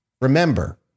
Remember